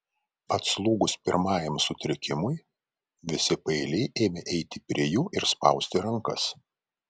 atslūgus pirmajam sutrikimui visi paeiliui ėmė eiti prie jų ir spausti rankas